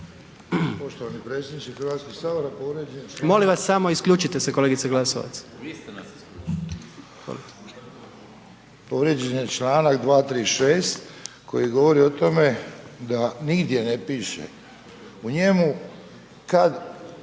Poštovani predsjedniče Hrvatskog sabora. Povrijeđen je članak 236. koji govori o tome da nigdje ne piše u njemu kada